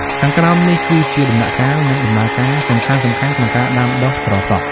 ខាងក្រោមនេះគឺជាដំណាក់កាល និងដំណើរការសំខាន់ៗក្នុងការដាំដុះត្រសក់។